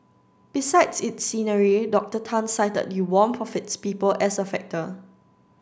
besides its scenery Doctor Tan cited the warmth of its people as a factor